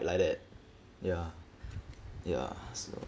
like that ya ya so